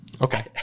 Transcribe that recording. Okay